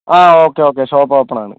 okay okay shop open ആണ്